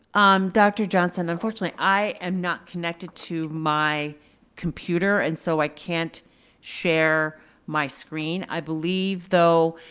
dr. johnson, unfortunately, i am not connected to my computer. and so i can't share my screen. i believe though,